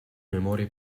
memorie